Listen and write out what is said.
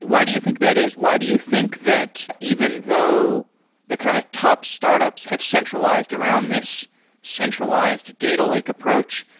do you think that is? why do you think that even though the kind of top startups have centralized around this centralized data lake approach?